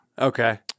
Okay